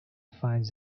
finds